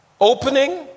Opening